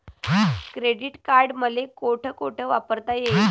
Credit card मले कोठ कोठ वापरता येईन?